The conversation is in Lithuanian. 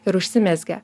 ir užsimezgė